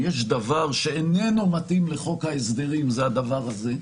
אני חושב שאם יש דבר שאיננו מתאים לחוק ההסדרים זה הדבר הזה,